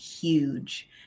huge